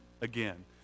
again